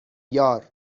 یار